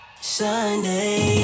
Sunday